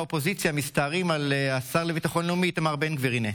האוכלוסייה האזרחית למען מניעת פגיעה בנפש וצמצום הנזק לרכוש.